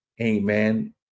amen